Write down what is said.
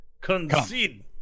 Concede